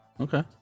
okay